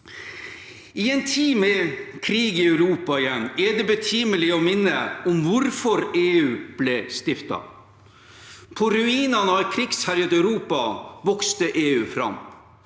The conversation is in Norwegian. I en tid med krig i Europa igjen er det betimelig å minne om hvorfor EU ble stiftet. På ruinene av et krigsherjet Europa vokste EU fram.